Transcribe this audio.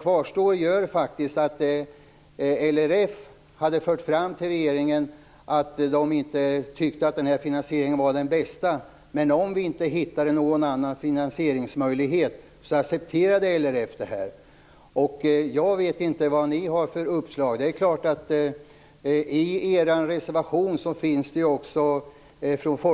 Kvar står dock att LRF hade fört fram till regeringen att man inte tyckte att den här finansieringen var den bästa men att man accepterade det om vi inte hittade någon annan finansieringsmöjlighet. Jag vet inte vilka uppslag ni har.